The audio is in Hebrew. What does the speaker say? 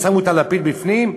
ושמו את הלפיד בפנים,